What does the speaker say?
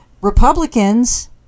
Republicans